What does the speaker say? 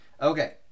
Okay